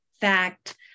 fact